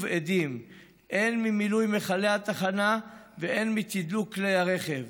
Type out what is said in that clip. אדים הן ממילוי מכלי התחנה והן מתדלוק כלי הרכב,